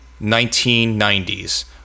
1990s